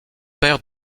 père